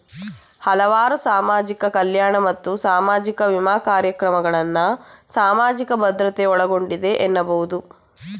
ಹಲವಾರು ಸಾಮಾಜಿಕ ಕಲ್ಯಾಣ ಮತ್ತು ಸಾಮಾಜಿಕ ವಿಮಾ ಕಾರ್ಯಕ್ರಮಗಳನ್ನ ಸಾಮಾಜಿಕ ಭದ್ರತೆ ಒಳಗೊಂಡಿದೆ ಎನ್ನಬಹುದು